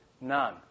none